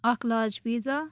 اَکھ large pizza